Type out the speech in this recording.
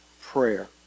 prayer